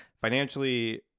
financially